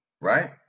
right